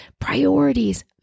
priorities